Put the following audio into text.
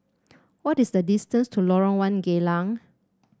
what is the distance to Lorong One Geylang